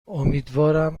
امیدوارم